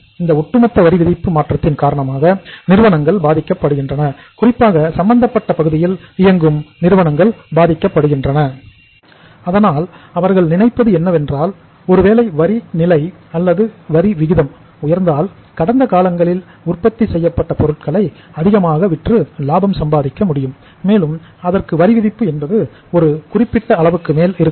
இந்த ஒட்டுமொத்த வரிவிதிப்பு மாற்றத்தின் காரணமாக நிறுவனங்கள் பாதிக்கப்படுகின்றன குறிப்பாக சம்பந்தப்பட்ட பகுதியில் இயங்கும் நிறுவனங்கள் பாதிக்கப்படுகின்றன அதனால் அவர்கள் நினைப்பது என்னவென்றால் ஒருவேளை வரி நிலை அல்லது வரி விகிதம் உயர்ந்தால் கடந்த காலங்களில் உற்பத்தி செய்யப்பட்ட பொருட்களை அதிகமாக விற்று லாபம் சம்பாதிக்க முடியும் மேலும் அதற்கு வரி விதிப்பு என்பது ஒரு குறிப்பிட்ட அளவுக்கு மேல் இருக்காது